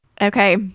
Okay